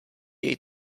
jej